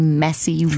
messy